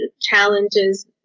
challenges